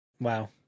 Wow